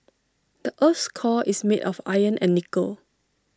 the Earth's core is made of iron and nickel